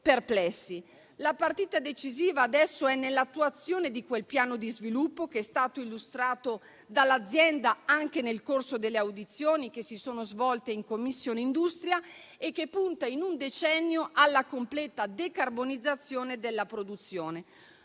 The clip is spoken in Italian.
La partita decisiva, adesso, è nell'attuazione di quel piano di sviluppo che è stato illustrato dall'azienda anche nel corso delle audizioni che si sono svolte in Commissione industria e che punta, in un decennio, alla completa decarbonizzazione della produzione.